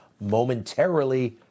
momentarily